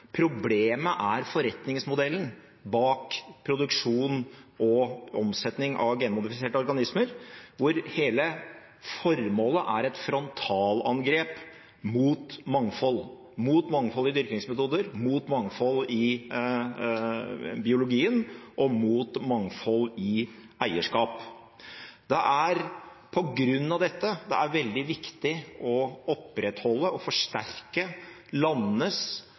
Problemet er forretningsmodellen bak produksjon og omsetning av genmodifiserte organismer, hvor hele formålet er et frontalangrep mot mangfold – mot mangfold i dyrkingsmetoder, mot mangfold i biologien og mot mangfold i eierskap. Det er på grunn av dette veldig viktig å opprettholde og forsterke landenes,